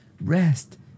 Rest